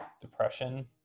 depression